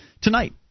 Tonight